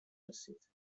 رسید